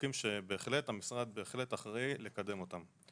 לחוקים שהמשרד אחראי לקדם אותם.